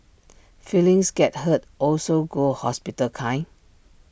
feelings get hurt also go hospital kind